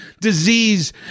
disease